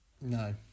No